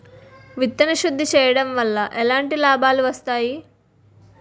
విత్తన శుద్ధి చేయడం వల్ల ఎలాంటి లాభాలు వస్తాయి?